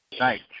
Right